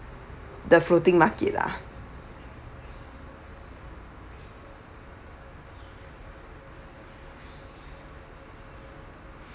the floating market lah